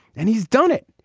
and he's done it.